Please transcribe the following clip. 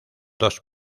dos